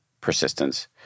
persistence